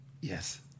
Yes